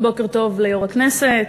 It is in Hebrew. בוקר טוב ליושב-ראש הכנסת,